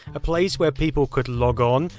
a place where people could logon,